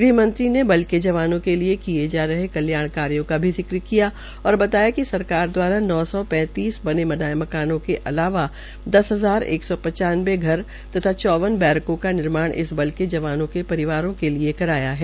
गृहमंत्री ने बल के जवानों के लिये किये जा रहे कल्याण कार्यो का भी जिक्र किया और बताया कि सरकार द्वारा नौ सौ पैतींस बने बनाये मकानों का अलावा दस हजार एक सौ पचानवे घर तथा चौबीस बैरकों का निर्माण इस बल के जवानों के परिवारों के लिए कराया है